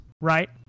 right